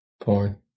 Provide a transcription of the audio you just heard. Porn